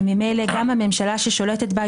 וממילא גם הממשלה ששולטת בה,